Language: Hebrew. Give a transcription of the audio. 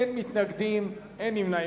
אין מתנגדים, אין נמנעים.